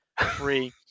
free